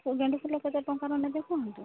ଗେଣ୍ଡୁ ଫୁଲ କେତେ ଟଙ୍କାର ନେବେ କୁହନ୍ତୁ